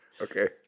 Okay